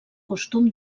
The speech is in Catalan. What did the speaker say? costum